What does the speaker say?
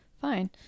fine